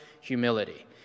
humility